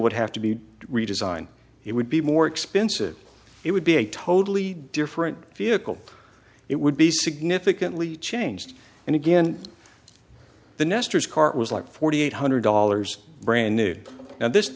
would have to be redesigned it would be more expensive it would be a totally different vehicle it would be significantly changed and again the nestors cart was like forty eight hundred dollars brand new and this